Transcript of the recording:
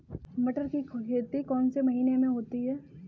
मटर की खेती कौन से महीने में होती है?